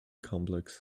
complex